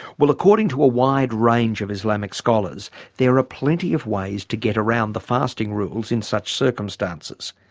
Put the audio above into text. well according to a wide range of islamic scholars there are plenty of ways to get around the fasting rules in such circumstances.